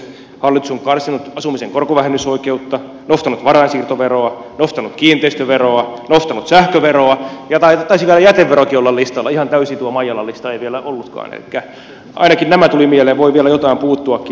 hallitus on karsinut asumisen korkovähennysoikeutta nostanut varainsiirtoveroa nostanut kiinteistöveroa nostanut sähköveroa ja taisi vielä jäteverokin olla listalla ihan täysi tuo maijalan lista ei vielä ollutkaan elikkä ainakin nämä tulivat mieleen voi vielä jotain puuttuakin